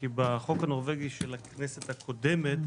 כי בחוק הנורבגי של הכנסת הקודמת,